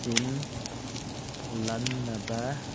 ꯁꯤꯟ ꯂꯟꯅꯕ